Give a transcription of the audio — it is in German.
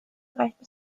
reichte